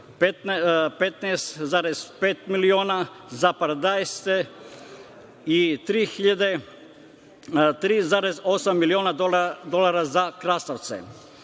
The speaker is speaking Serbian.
15,5 miliona za paradajz i 3,8 miliona dolara za krastavce. Ništa